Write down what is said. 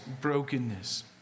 brokenness